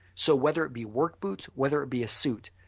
so whether it be work boots, whether it be a suit,